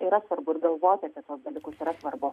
yra svarbu ir galvoti apie tuos dalykus yra svarbu